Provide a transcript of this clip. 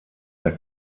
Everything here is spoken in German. der